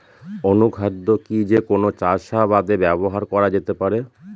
অনুখাদ্য কি যে কোন চাষাবাদে ব্যবহার করা যেতে পারে?